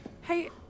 Hey